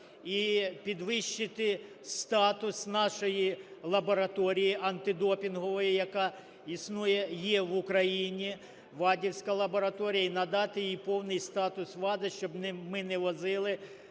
і підвищити статус нашої лабораторії антидопінгової, яка є в Україні, вадівська лабораторія, і надати їй повний статус ВАДА, щоб ми не возили